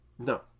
No